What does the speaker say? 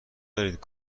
دارید